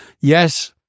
yes